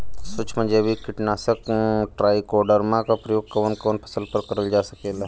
सुक्ष्म जैविक कीट नाशक ट्राइकोडर्मा क प्रयोग कवन कवन फसल पर करल जा सकेला?